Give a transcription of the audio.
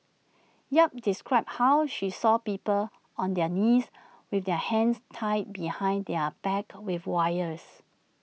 yap described how she saw people on their knees with their hands tied behind their backs with wires